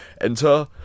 Enter